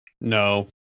No